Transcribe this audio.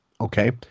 Okay